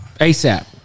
ASAP